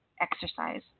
exercise